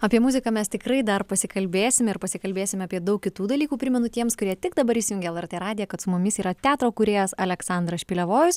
apie muziką mes tikrai dar pasikalbėsim ir pasikalbėsim apie daug kitų dalykų primenu tiems kurie tik dabar įsijungė lrt radiją kad su mumis yra teatro kūrėjas aleksandras špilevojus